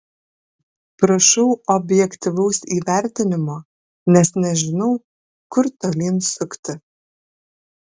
prašau objektyvaus įvertinimo nes nežinau kur tolyn sukti